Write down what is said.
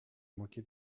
manqué